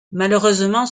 malheureusement